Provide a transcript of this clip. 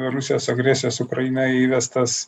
rusijos agresijos ukrainoj įvestas